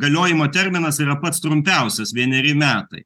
galiojimo terminas yra pats trumpiausias vieneri metai